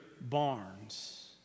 barns